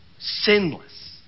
sinless